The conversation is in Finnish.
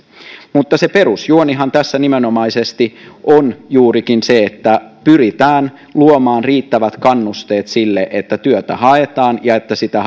mutta se perusjuonihan tässä nimenomaisesti on juurikin se että pyritään luomaan riittävät kannusteet sille että työtä haetaan ja että sitä